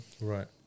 Right